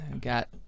Got